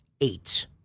Eight